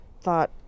thought